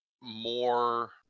more